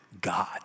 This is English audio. God